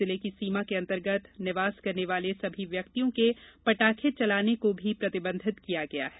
जिले की सीमा अन्तर्गत निवास करने वाले सभी व्यक्तियों के पटाखे चलाने को भी प्रतिबन्धित किया गया है